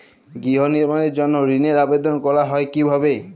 গৃহ নির্মাণের জন্য ঋণের আবেদন করা হয় কিভাবে?